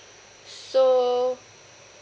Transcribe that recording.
so